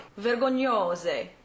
Vergognose